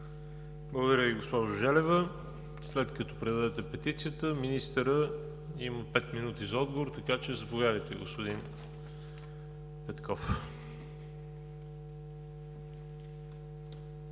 Благодаря Ви, госпожо Желева. След като предадете петицията, министърът има пет минути за отговор, така че заповядайте, господин Петков.